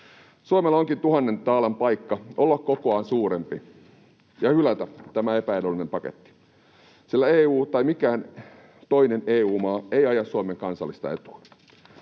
Suomella onkin tuhannen taalan paikka olla kokoaan suurempi ja hylätä tämä epäedullinen paketti, sillä EU tai mikään toinen EU-maa ei aja Suomen kansallista etua.